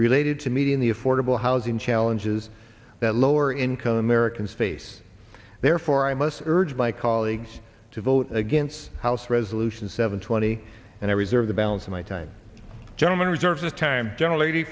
related to meeting the affordable housing challenges that lower income americans face therefore i must urge my colleagues to vote against house resolution seven twenty and i reserve the balance of my time gentleman reserves the time